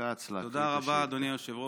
תודה רבה, אדוני היושב-ראש.